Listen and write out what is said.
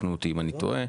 תקנו אותי אם אני טועה,